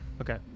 Okay